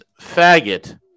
faggot